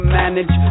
manage